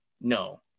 No